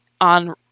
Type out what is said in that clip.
on